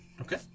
Okay